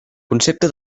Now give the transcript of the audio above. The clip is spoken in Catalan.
concepte